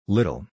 Little